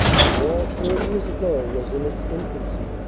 and war four years ago was in its infancy.